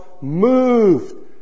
moved